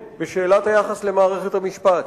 התמונה הכוללת היא ברורה: מערכת המשפט